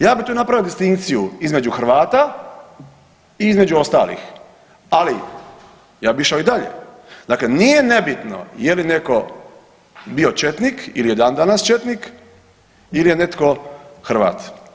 Ja bi tu napravio distinkciju između Hrvata i između ostalih, ali ja bi išao i dalje, dakle nije nebitno je li neko bio četnik ili je dan danas četnik ili je netko Hrvat.